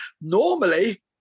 normally